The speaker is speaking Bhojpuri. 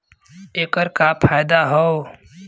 ऐकर का फायदा हव?